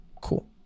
Cool